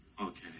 Okay